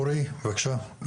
אורי, בבקשה.